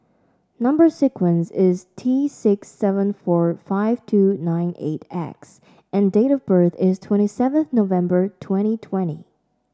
number sequence is T six seven four five two nine eight X and date of birth is twenty seven November twenty twenty